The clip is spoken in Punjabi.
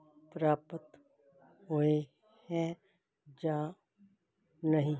ਪ੍ਰਾਪਤ ਹੋਏ ਹੈ ਜਾਂ ਨਹੀਂ